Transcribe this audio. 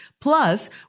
plus